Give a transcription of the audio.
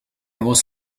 was